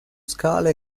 scale